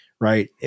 right